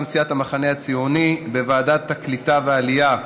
סיעת המחנה הציוני: בוועדת העלייה והקליטה,